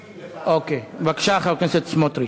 אוקיי, בבקשה, חבר הכנסת סמוטריץ.